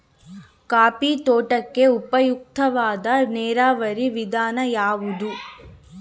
Coffee ತೋಟಕ್ಕೆ ಉಪಯುಕ್ತವಾದ ನೇರಾವರಿ ವಿಧಾನ ಯಾವುದು?